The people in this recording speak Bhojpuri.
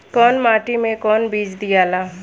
कौन माटी मे कौन बीज दियाला?